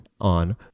on